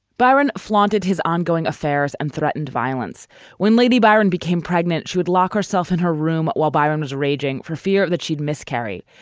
byron flaunted his ongoing affairs and threatened violence when lady byron became pregnant. she would lock herself in her room while byron was raging for fear that she'd miscarry.